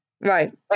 Right